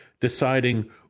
deciding